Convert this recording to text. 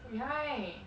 right